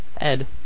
Ed